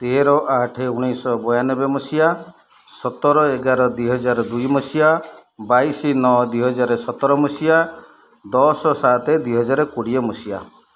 ତେର ଆଠ ଉଣେଇଶିଶହ ବୟାନବେ ମସିହା ସତର ଏଗାର ଦୁଇହଜାର ଦୁଇ ମସିହା ବାଇଶି ନଅ ଦୁଇହଜାର ସତର ମସିହା ଦଶ ସାତ ଦୁଇହଜାର କୋଡ଼ିଏ ମସିହା